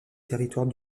territoires